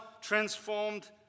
transformed